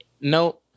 No